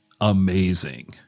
amazing